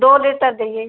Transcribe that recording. दो लीटर देहिए